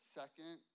second